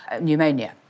pneumonia